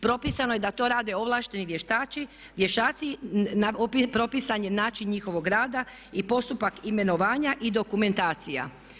Propisano je da to rade ovlašteni vještaci, propisan je način njihovog rada i postupak imenovanja i dokumentacija.